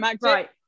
Right